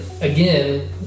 again